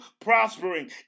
prospering